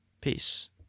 Peace